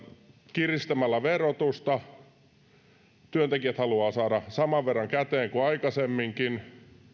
kiristetään verotusta mutta kun työntekijät haluavat saada saman verran käteen kuin aikaisemminkin